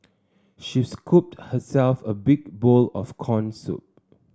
she scooped herself a big bowl of corn soup